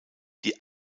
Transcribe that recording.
die